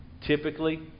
typically